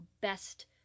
best